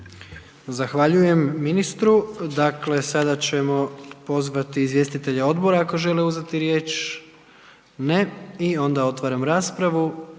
Zahvaljujem ministru. Dakle, sada ćemo pozvati izvjestitelja odbora ako želi uzeti riječ? Ne. Otvaram raspravu.